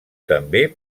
també